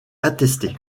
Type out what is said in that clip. attesté